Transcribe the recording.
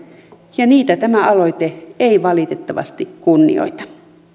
ja niitä tämä aloite ei valitettavasti kunnioita